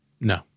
No